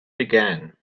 began